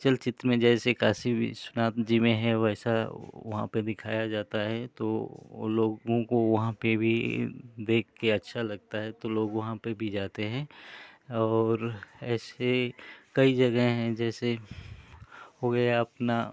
चलचित्र में जैसे काशी विश्वनाथ जी में है वैसा वहाँ पर दिखाया जाता है तो लोगों को वहाँ पर भी देखकर अच्छा लगता है तो लोग वहाँ पर भी जाते हैं और ऐसी कई जगहें हैं जैसे हो गया अपना